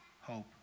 hope